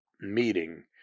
meeting